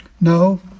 No